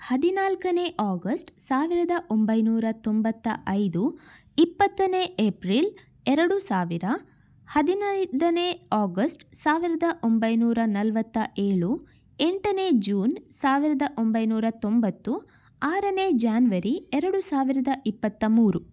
ಹದಿನಾಲ್ಕನೇ ಆಗಸ್ಟ್ ಸಾವಿರದ ಒಂಬೈನೂರ ತೊಂಬತ್ತ ಐದು ಇಪ್ಪತ್ತನೇ ಎಪ್ರಿಲ್ ಎರಡು ಸಾವಿರ ಹದಿನೈದನೇ ಆಗಸ್ಟ್ ಸಾವಿರದ ಒಂಬೈನೂರ ನಲವತ್ತ ಏಳು ಎಂಟನೇ ಜೂನ್ ಸಾವಿರದ ಒಂಬೈನೂರ ತೊಂಬತ್ತು ಆರನೇ ಜ್ಯಾನ್ವರಿ ಎರಡು ಸಾವಿರದ ಇಪ್ಪತ್ತ ಮೂರು